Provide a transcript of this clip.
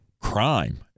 crime